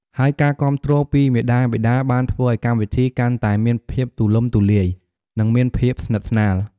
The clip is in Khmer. ហើយការគាំទ្រពីមាតាបិតាបានធ្វើឲ្យកម្មវិធីកាន់តែមានភាពទូលំទូលាយ និងមានភាពស្និទស្នាល។